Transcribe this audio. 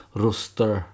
rooster